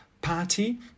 party